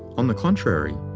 on the contrary,